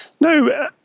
No